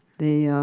the